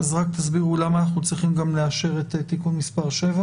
אז רק תסבירו למה אנחנו צריכים לאשר גם את תיקון מס' 7